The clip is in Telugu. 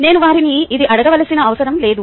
నేను వారిని ఇది అడగవలసిన అవసరం లేదు